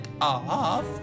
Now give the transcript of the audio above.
off